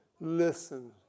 Listen